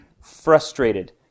frustrated